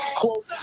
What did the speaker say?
quote